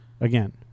Again